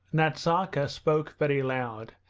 nazarka spoke very loud,